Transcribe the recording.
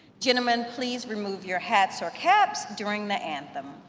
gentlemen, please remove your hats or caps during the anthem.